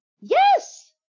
Yes